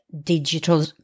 digital